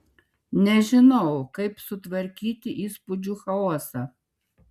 nežinojau kaip sutvarkyti įspūdžių chaosą